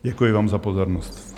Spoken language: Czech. Děkuji vám za pozornost.